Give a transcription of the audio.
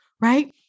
right